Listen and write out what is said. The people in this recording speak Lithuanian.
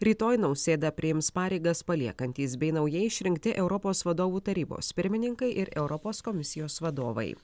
rytoj nausėda priims pareigas paliekantys bei naujai išrinkti europos vadovų tarybos pirmininkai ir europos komisijos vadovai